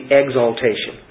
exaltation